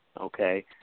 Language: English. okay